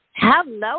Hello